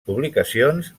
publicacions